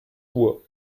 uhr